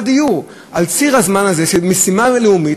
דיור על ציר הזמן הזה של משימה לאומית,